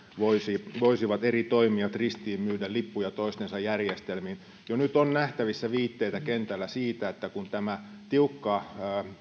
voisivat eri toimijat ristiin myydä lippuja toistensa järjestelmiin jo nyt on nähtävissä viitteitä kentällä siitä että kun tiukka